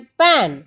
pan